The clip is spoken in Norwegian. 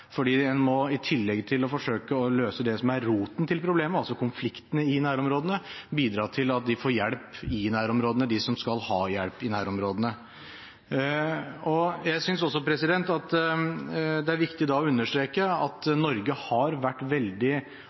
i tillegg til å forsøke å løse det som er roten til problemet, altså konfliktene i nærområdene, må en bidra til at de som skal ha hjelp i nærområdene, får det. Jeg synes også at det da er viktig å understreke at Norge har vært veldig